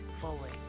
fully